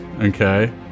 okay